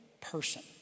person